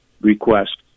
request